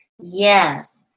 Yes